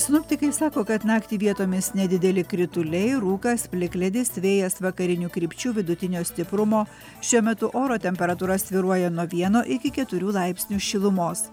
sinoptikai sako kad naktį vietomis nedideli krituliai rūkas plikledis vėjas vakarinių krypčių vidutinio stiprumo šiuo metu oro temperatūra svyruoja nuo vieno iki keturių laipsnių šilumos